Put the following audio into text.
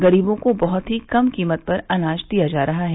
गरीबों को बहुत ही कम कीमत पर अनाज दिया जा रहा है